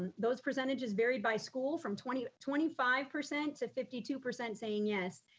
those percentages varied by school from twenty twenty five percent to fifty two percent saying yes,